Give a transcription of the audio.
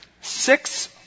six